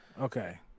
okay